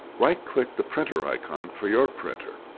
right click the printer icon for your printer.